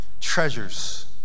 treasures